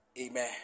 Amen